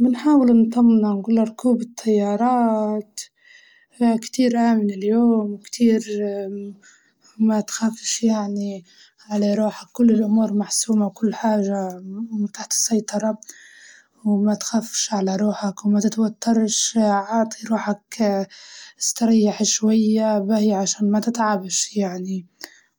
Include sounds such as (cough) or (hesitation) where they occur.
بنحاول نطمنه ونقوله ركوب الطيارات كتير آمن اليوم، كتير (hesitation) ما تخافش يعني على روحك كل الأمور محسومة وكل حاجة م- تحت السيطرة، وما تخافش على روحك وما تتوترش عاطي روحك (hesitation) استريح شوية باهي عشان ما تتعبش يعني،